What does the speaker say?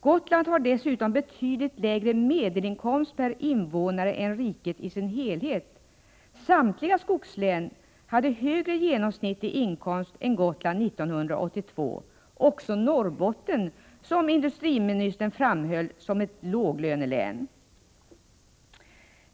Gotland har dessutom betydligt lägre medelinkomst per invånare än riket i dess helhet. Samtliga skogslän hade högre genomsnittlig inkomst än Gotland 1982 — också Norrbotten, som industriministern framhöll som ett låglönelän.